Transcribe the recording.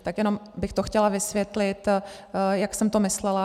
Tak jenom bych to chtěla vysvětlit, jak jsem to myslela.